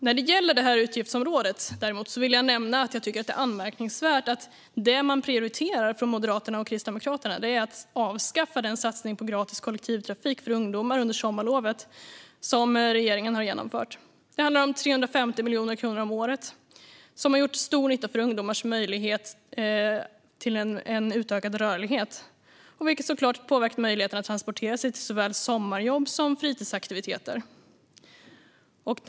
När det gäller det här utgiftsområdet är det anmärkningsvärt att det som Moderaterna och Kristdemokraterna prioriterar är att avskaffa den satsning på gratis kollektivtrafik för ungdomar under sommarlovet som regeringen har genomfört. Det handlar om 350 miljoner kronor om året och har gjort stor nytta för ungdomars möjligheter till utökad rörlighet. Det har såklart påverkat möjligheten att transportera sig till såväl sommarjobb som fritidsaktiviteter.